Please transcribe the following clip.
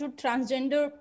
transgender